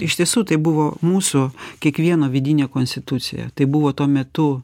iš tiesų tai buvo mūsų kiekvieno vidinė konstitucija tai buvo tuo metu